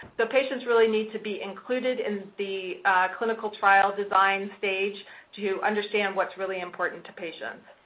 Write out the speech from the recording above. so, patients really need to be included in the clinical trial design stage to understand what's really important to patients.